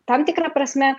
tam tikra prasme